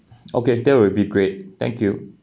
okay that will be great thank you